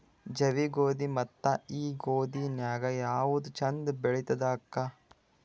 ಜವಿ ಗೋಧಿ ಮತ್ತ ಈ ಗೋಧಿ ನ್ಯಾಗ ಯಾವ್ದು ಛಂದ ಬೆಳಿತದ ಅಕ್ಕಾ?